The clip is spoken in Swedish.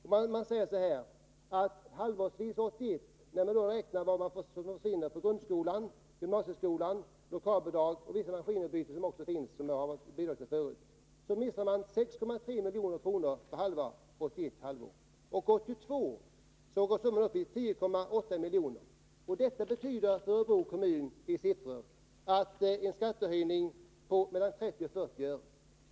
När man har räknat med att bidrag till grundskolan, gymnasieskolan, lokala bidrag och bidrag till vissa maskinutbyten försvinner — det fanns sådana bidrag förut — visar det sig att man under sex månader 1981 förlorar en summa på 6,3 milj.kr. För 1982 skulle summan uppgå till 10,8 milj.kr. Detta skulle för Örebro kommun betyda en skattehöjning på mellan 30 och 40 öre.